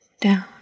down